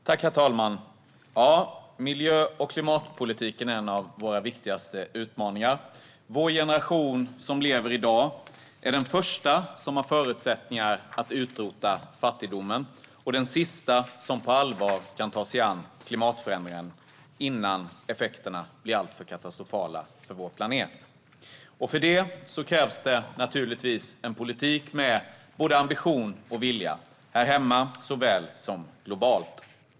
Herr talman! Miljö och klimatpolitiken är en av våra viktigaste utmaningar. Vår generation, den som lever i dag, är den första som har förutsättningar att utrota fattigdomen och den sista som på allvar kan ta sig an klimatförändringen innan effekterna blir alltför katastrofala för vår planet. För detta krävs en politik med både ambition och vilja, såväl här hemma som globalt.